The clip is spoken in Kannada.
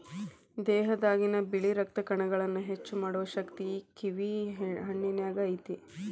ದೇಹದಾಗಿನ ಬಿಳಿ ರಕ್ತ ಕಣಗಳನ್ನಾ ಹೆಚ್ಚು ಮಾಡು ಶಕ್ತಿ ಈ ಕಿವಿ ಹಣ್ಣಿನ್ಯಾಗ ಐತಿ